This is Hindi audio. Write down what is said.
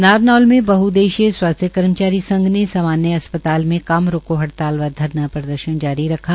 नारनौल में बहउद्देशीय स्वास्थ्य कर्मचारी संघ ने सामान्य अस्पताल में काम रोकों हड़ताल व धरना प्रदर्शन जारी रखा